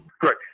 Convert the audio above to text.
Great